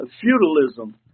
feudalism